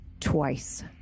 twice